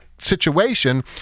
situation